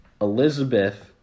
Elizabeth